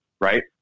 right